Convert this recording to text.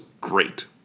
great